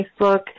Facebook